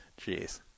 Jeez